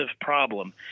problem